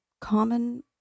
common